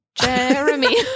Jeremy